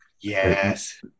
Yes